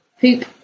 Poop